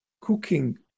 cooking